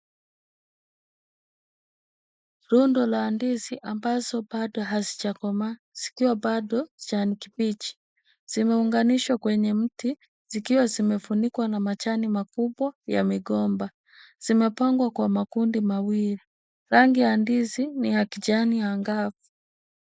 Rundo la ndizi ambazo bado hazijakomaa zikiwa bado kijani kibichi. Zimeunganishwa kwenye mti zikiwa zimefunikwa na majani makubwa ya migomba. Zimepangwa kwa makundi mawili. Rangi ya ndizi ni ya kijani angavu.